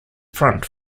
front